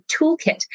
toolkit